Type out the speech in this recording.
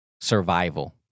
survival